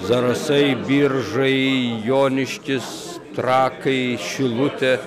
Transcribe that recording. zarasai biržai joniškis trakai šilutė